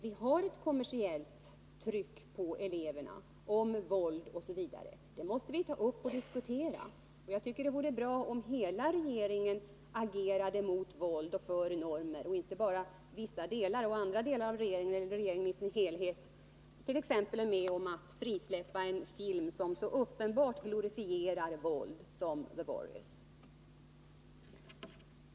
Vi har kommersiellt tryck på eleverna i fråga om våld — det måste vi ta upp och diskutera. Jag tycker att det vore bra om hela regeringen agerade mot våld och för normer och inte bara vissa delar, medan andra delar av regeringen är med om attt.ex. frisläppa en film som så uppenbart glorifierar våld som The Warriors gör.